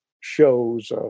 shows